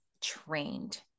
trained